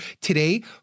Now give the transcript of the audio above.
today